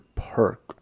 perk